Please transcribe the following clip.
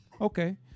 Okay